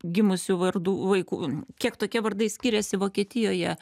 gimusių vardų vaikų kiek tokie vardai skiriasi vokietijoje